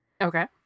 Okay